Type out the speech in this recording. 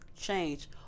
change